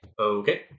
Okay